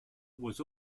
was